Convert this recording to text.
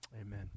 Amen